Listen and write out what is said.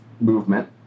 movement